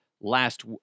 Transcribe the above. last